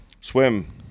swim